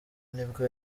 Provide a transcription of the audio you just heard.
nibwo